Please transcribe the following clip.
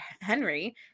Henry